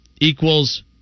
Equals